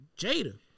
Jada